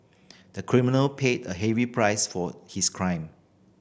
the criminal paid a heavy price for his crime